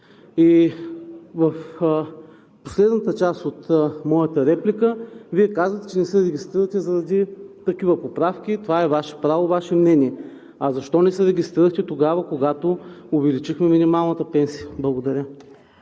И в последната част от моята реплика, Вие казвате, че не се регистрирате заради такива поправки. Това е Ваше право, Ваше мнение. А защо не се регистрирахте тогава, когато увеличихме минималната пенсия? Благодаря.